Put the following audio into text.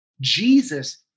Jesus